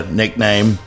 nickname